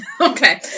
Okay